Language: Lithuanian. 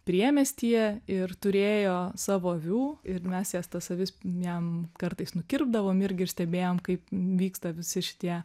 priemiestyje ir turėjo savo avių ir mes jas tas avis jam kartais nukirpdavom irgi ir stebėjom kaip vyksta visi šitie